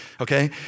okay